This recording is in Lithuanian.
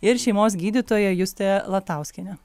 ir šeimos gydytoja justė latauskienė